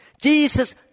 Jesus